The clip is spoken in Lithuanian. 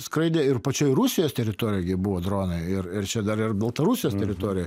skraidė ir pačioj rusijos teritorijoj gi buvo dronai ir ir čia dar ir baltarusijos teritorija